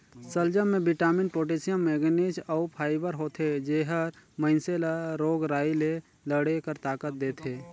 सलजम में vitamin, potassium, manganese अउ फाइबर होथे जेहर मइनसे ल रोग राई ले लड़े कर ताकत देथे